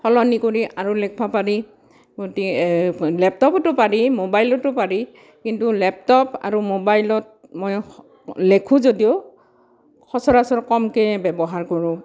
সলনি কৰি আৰু লেখবা পৰি গতি লেপটপটো পাৰি মোবাইলটো পৰি কিন্তু লেপটপ আৰু মোবাইলত মই লেখোঁ যদিও সচৰাচৰ কমকৈ ব্যবহাৰ কৰোঁ